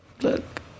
look